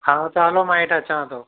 हा त हलो मां हेठि अचांव थो